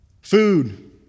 Food